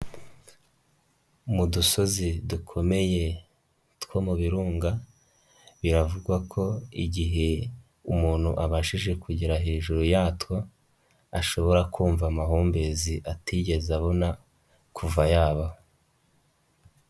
Mu dusozi dukomeye two mu birunga biravugwa ko igihe umuntu abashije kugera hejuru yatwo ,ashobora kumva amahumbezi atigeze abona kuva yabaho.